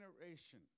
generation